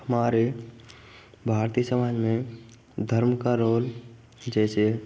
हमारे भारतीय समाज में धर्म का रोल जैसे